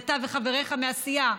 אתה וחבריך מהסיעה,